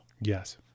Yes